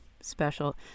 special